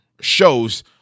shows